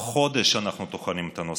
חודש אנחנו טוחנים את הנושא,